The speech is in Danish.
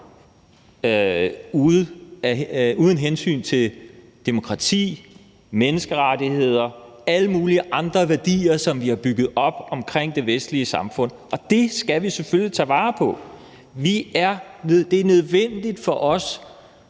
uden hensyn til demokrati, menneskerettigheder, alle mulige andre værdier, som vi har bygget op om det vestlige samfund, og det skal vi selvfølgelig tage vare på. Det er nødvendigt for os